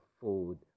food